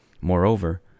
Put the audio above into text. Moreover